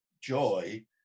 joy